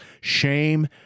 Shame